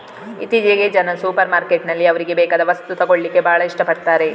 ಇತ್ತೀಚೆಗೆ ಜನ ಸೂಪರ್ ಮಾರ್ಕೆಟಿನಲ್ಲಿ ಅವ್ರಿಗೆ ಬೇಕಾದ ವಸ್ತು ತಗೊಳ್ಳಿಕ್ಕೆ ಭಾಳ ಇಷ್ಟ ಪಡ್ತಾರೆ